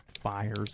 Fires